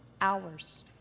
hours